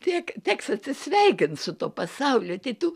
tiek teks atsisveikint su tuo pasauliu tai tu